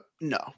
No